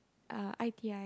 uh I_P_I